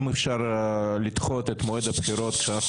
ואם אפשר לדחות את מועד הבחירות כשאנחנו